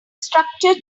structure